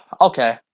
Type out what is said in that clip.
okay